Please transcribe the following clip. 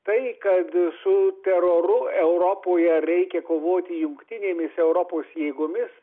tai kad su teroru europoje reikia kovoti jungtinėmis europos jėgomis